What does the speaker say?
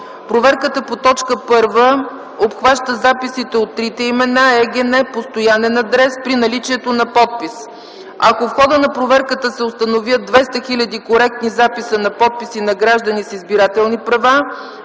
Проверката по т. 1 обхваща записите от трите имена, ЕГН, постоянен адрес, при наличието на подпис. Ако в хода на проверката се установят 200 хил. коректни записа на подписи на граждани с избирателни права,